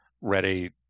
ready